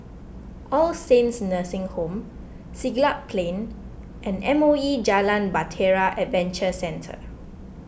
All Saints Nursing Home Siglap Plain and M O E Jalan Bahtera Adventure Centre